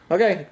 Okay